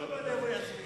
בין הנוטשים?